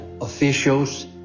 officials